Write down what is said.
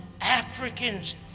Africans